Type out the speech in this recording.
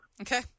Okay